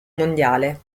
mondiale